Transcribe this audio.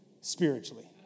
spiritually